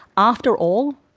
after all,